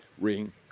ring